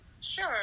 Sure